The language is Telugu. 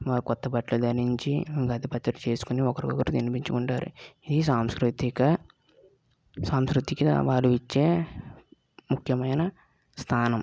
మా క్రొత్త బట్టలు ధరించి ఉగాది పచ్చడి చేసుకొని ఒకరికొకరు తినిపించుకుంటారు ఈ సాంస్కృతిక సాంస్కృతిక అవార్డు ఇచ్చే ముఖ్యమైన స్థానం